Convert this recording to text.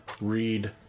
read